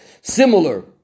similar